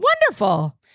Wonderful